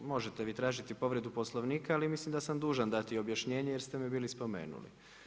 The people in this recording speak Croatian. Možete vi tražiti povredu poslovnika, ali mislim da sam dužan tražiti objašnjenje, jer ste me bili spomenuli.